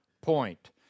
point